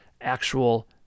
actual